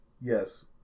Yes